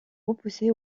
repoussé